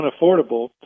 unaffordable